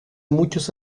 muchos